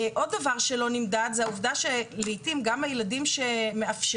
עוד דבר שלא נמדד זה העובדה שלעתים גם הילדים שמאפשרים